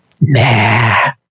Nah